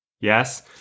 yes